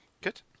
Good